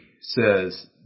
says